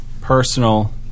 personal